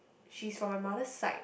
she's from my mother's side